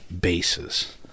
bases